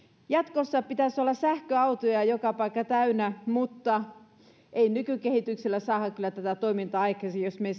jatkossa pitäisi olla sähköautoja joka paikka täynnä mutta ei nykykehityksellä saada kyllä tätä toimintaa aikaiseksi jos me